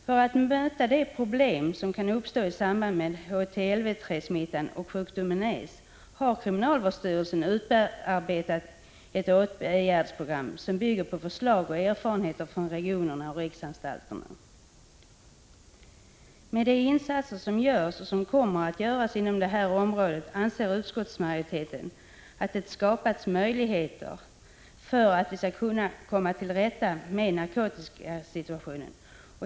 För att möta de problem som kan uppstå i samband med HTLV-III smittan och sjukdomen aids har kriminalvårdsstyrelsen utarbetat ett åtgärdsprogram, som bygger på förslag och erfarenheter från regionerna och riksanstalterna. Med de insatser som görs och som kommer att göras inom det här området anser utskottsmajoriteten att det har skapats möjligheter för att vi skall komma till rätta med narkotikasituationen.